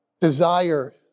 desire